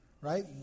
Right